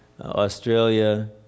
Australia